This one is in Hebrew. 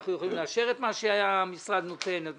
אנחנו יכולים לאשר את מה שהמשרד נותן,